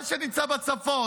זה שנמצא בצפון,